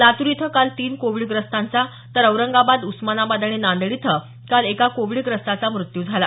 लातूर इथं काल तीन कोविडग्रस्तांचा तर औरंगाबाद उस्मानाबाद आणि नांदेड इथं काल एका कोविडग्रस्ताचा मृत्यू झाला